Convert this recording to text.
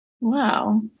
Wow